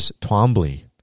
Twombly